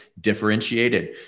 differentiated